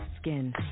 skin